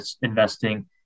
Investing